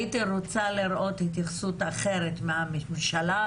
הייתי רוצה לראות התייחסות אחרת מהממשלה,